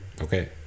Okay